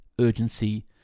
urgency